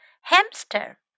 Hamster